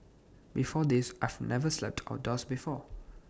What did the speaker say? before this I've never slept outdoors before